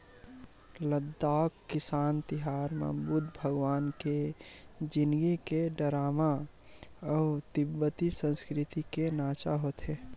लद्दाख किसान तिहार म बुद्ध भगवान के जिनगी के डरामा अउ तिब्बती संस्कृति के नाचा होथे